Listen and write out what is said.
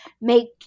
make